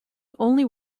only